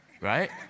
right